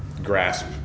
Grasp